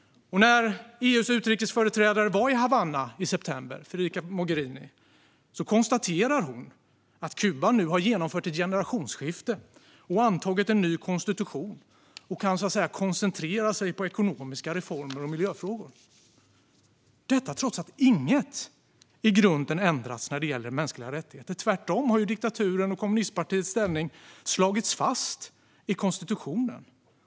När EU:s utrikesföreträdare Federica Mogherini var i Havanna i september konstaterade hon att Kuba har genomfört ett generationsskifte och antagit en ny konstitution och nu kan koncentrera sig på ekonomiska reformer och miljöfrågor, detta trots att inget i grunden har ändrats när det gäller mänskliga rättigheter. Tvärtom har ju diktaturen och kommunistpartiets ställning slagits fast i konstitutionen.